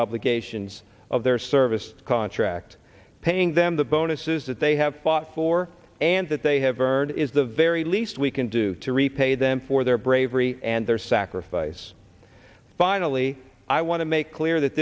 obligations of their service contract paying them the bonuses that they have fought for and that they have earned is the very least we can do to repay them for their bravery and their sacrifice finally i want to make clear that